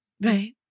Right